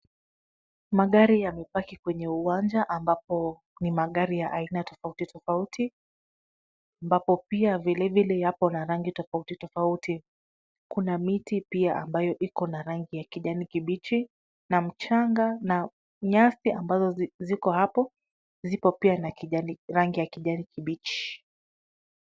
Magari yamepaki kwenye uwanja ambapo ni magari ya aina tofauti tofauti, ambapo pia vilevile yapo na rangi tofauti tofauti. Kuna miti pia ambayo iko na rangi ya kijani kibichi na mchanga na nyasi ambazo ziko hapo, zipo pia na kijani, rangi ya kijani kibichi.